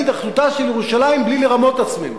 "אחדותה של ירושלים" בלי לרמות את עצמנו.